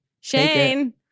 shane